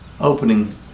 opening